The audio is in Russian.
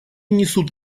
несут